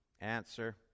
Answer